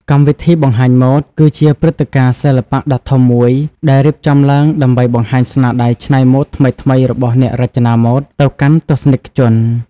កម្មវិធីបង្ហាញម៉ូដ គឺជាព្រឹត្តិការណ៍សិល្បៈដ៏ធំមួយដែលរៀបចំឡើងដើម្បីបង្ហាញស្នាដៃច្នៃម៉ូដថ្មីៗរបស់អ្នករចនាម៉ូដ ទៅកាន់ទស្សនិកជន។